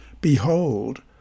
Behold